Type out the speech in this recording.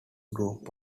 group